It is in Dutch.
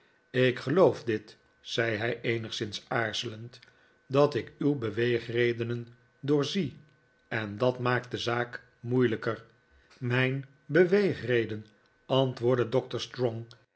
ik geloof dit zei hij eenigszins aarzelend dat ik uw beweegredenen doorzie en dat maakt de zaak moeilijker mijn beweegreden antwoordde doctor strong